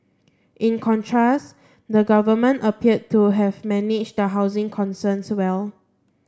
in contrast the government appeared to have managed the housing concerns well